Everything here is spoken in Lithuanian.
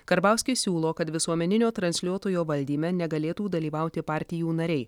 karbauskis siūlo kad visuomeninio transliuotojo valdyme negalėtų dalyvauti partijų nariai